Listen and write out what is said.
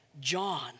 John